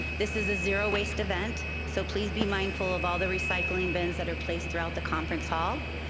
this is a zero-waste event, so please be mindful of all the recycling bins that are placed throughout the conference hall.